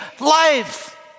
life